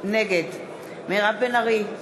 נגד מירב בן ארי,